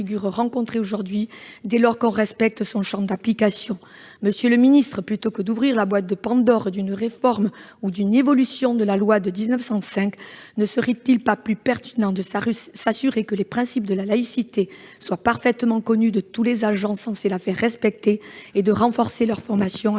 rencontrés aujourd'hui, dès lors qu'on respecte son champ d'application. Monsieur le ministre, plutôt que d'ouvrir la boîte de Pandore d'une réforme ou d'une évolution de la loi de 1905, ne serait-il pas plus pertinent de s'assurer que les principes de la laïcité soient parfaitement connus de tous les agents censés la faire respecter et de renforcer leur formation à